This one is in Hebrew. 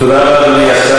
תודה רבה, אדוני.